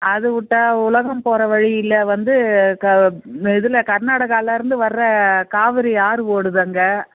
அது விட்டா உலகம் போகிற வழியில் வந்து க இது கர்நாடகாவில் இருந்து வர்ற காவேரி ஆறு ஓடுது அங்கே